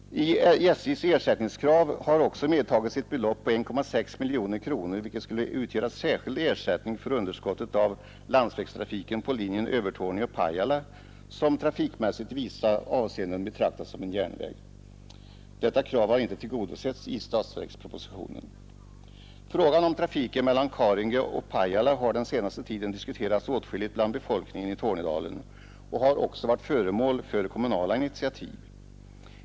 I SJ:s ersättningskrav har också medtagits ett belopp på 1,6 miljoner kronor, vilket skulle utgöra särskild ersättning för underskottet av landsvägstrafiken på linjen Övertorneå—Pajala, som trafikmässigt i vissa avseenden betraktas som en järnväg. Detta krav har inte tillgodosetts i statsverkspropositionen. Frågan om trafiken mellan Karungi och Pajala har den senaste tiden diskuterats åtskilligt bland befolkningen i Tornedalen och har också varit föremål för kommunala initiativ.